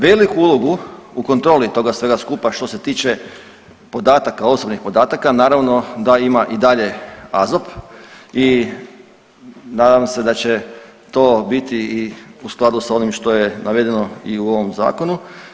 Veliku ulogu u kontroli toga svega skupa što se tiče podataka, osobnih podataka, naravno da ima i dalje AZOP i nadam se da će to biti i u skladu s onim što je navedeno i u ovom Zakonu.